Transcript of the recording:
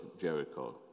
Jericho